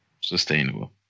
Sustainable